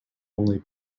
only